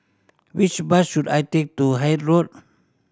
which bus should I take to Hythe Road